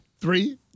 Three